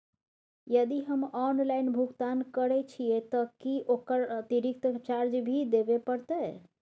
यदि हम ऑनलाइन भुगतान करे छिये त की ओकर अतिरिक्त चार्ज भी देबे परतै?